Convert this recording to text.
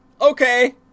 Okay